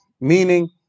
meaning